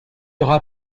aura